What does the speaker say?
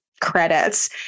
credits